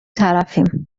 طرفیم